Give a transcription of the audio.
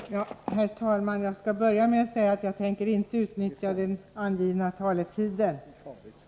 Vissa unslas til Herr talman! Jag vill börja med att säga att jag inte tänker utnyttja den riundlä ES de angivna taletiden.